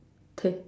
K